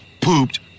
pooped